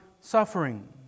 suffering